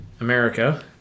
America